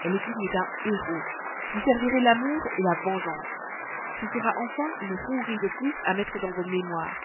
elle est digne d'un héros vous servirez l'amour et la vengeance ce sera enfin une rouerie de plus à mettre dans vos mémoires